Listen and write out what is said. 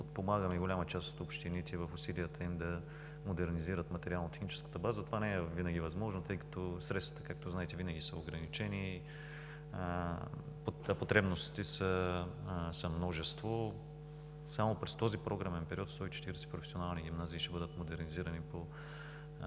подпомагаме голяма част от общините в усилията им да модернизират материално-техническата база. Това невинаги е възможно, тъй като средствата, както знаете, винаги са ограничени, а потребностите са множество. Само през този програмен период 140 професионални гимназии ще бъдат модернизирани по